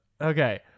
Okay